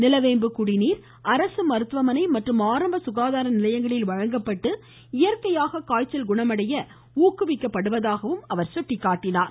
நிலவேம்பு குடிநீர் அரசு மருத்துவமனை மற்றும் ஆரம்ப சுகாதார நிலையங்களில் வழங்கப்பட்டு இயற்கையாக காய்ச்சல் குணமடைய ஊக்குவிக்கப்படுவதாகவும் அவர் சுட்டிக்காட்டினார்